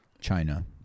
China